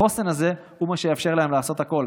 החוסן הזה הוא מה שיאפשר להם לעשות הכול,